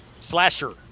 slasher